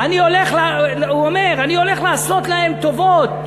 הוא אומר: אני הולך לעשות להם טובות,